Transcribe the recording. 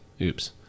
oops